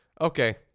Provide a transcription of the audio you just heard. okay